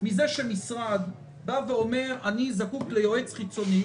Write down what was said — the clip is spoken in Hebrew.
מזה שמשרד אומר: אני זקוק ליועץ חיצוני,